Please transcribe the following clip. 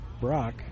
Brock